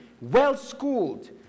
well-schooled